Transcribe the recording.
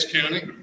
County